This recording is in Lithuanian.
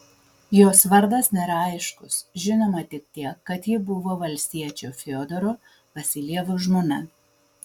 jos vardas nėra aiškus žinoma tik tiek kad ji buvo valstiečio fiodoro vasiljevo žmona